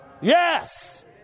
Yes